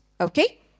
Okay